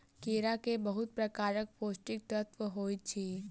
केरा में बहुत प्रकारक पौष्टिक तत्व होइत अछि